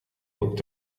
looked